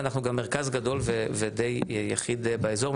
אנחנו גם מרכז גדול ודי יחיד באזור,